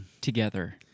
together